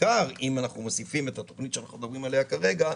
אם אנחנו מוסיפים את התכנית שאנחנו מדברים עליה כרגע,